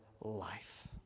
life